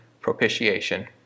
propitiation